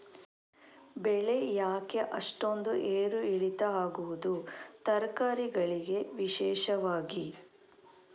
ಬೆಳೆ ಯಾಕೆ ಅಷ್ಟೊಂದು ಏರು ಇಳಿತ ಆಗುವುದು, ತರಕಾರಿ ಗಳಿಗೆ ವಿಶೇಷವಾಗಿ?